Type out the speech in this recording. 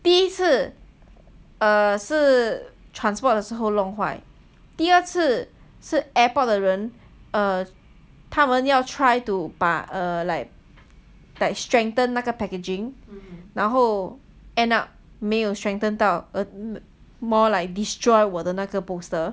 第一次 err 是 transport 的时候弄坏第二次是 airport 的人 err 他们要 try to 把 err like strengthen 那个 packaging 然后 end up 没有 strengthen 到 more like destroy 我的那个 poster